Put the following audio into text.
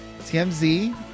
TMZ